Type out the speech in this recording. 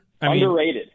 Underrated